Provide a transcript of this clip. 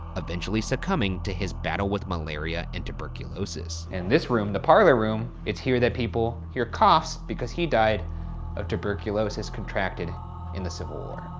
eventually succumbing to his battle with malaria and tuberculosis. and this room, the parlor room, it's here that people hear coughs because he died of tuberculosis contracted in the civil war.